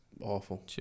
awful